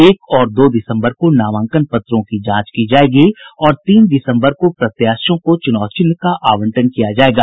एक और दो दिसम्बर को नामांकन पत्रों की जांच की जायेगी और तीन दिसम्बर को प्रत्याशियों को चुनाव चिन्ह का आवंटन किया जायेगा